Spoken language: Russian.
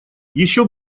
еще